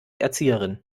erzieherin